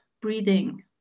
breathing